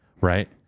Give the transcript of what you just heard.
right